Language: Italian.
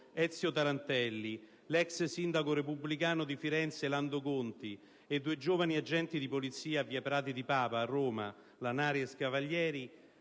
Ezio Tarantelli, l'ex sindaco repubblicano di Firenze, Lando Conti, e due giovani agenti di polizia a via Prati di Papa a Roma, Rolando Lanari